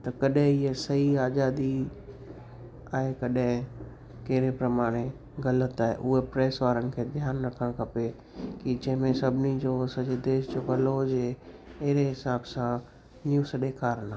त कॾहिं हीअ सही आज़ादी आहे कॾहिं कहिड़े प्रमाणे ग़लति आहे उहा प्रेस वारन खे ध्यान रखण खपे कि जंहिंमें सभिनी जो सॼे देश जो भलो हुजे एरे हिसाब सां न्यूस ॾेखारिणा